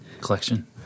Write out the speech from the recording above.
Collection